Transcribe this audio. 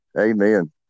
Amen